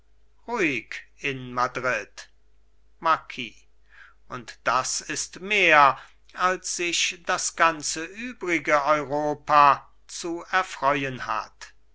in madrid marquis und das ist mehr als sich das ganze übrige europa zu erfreuen hat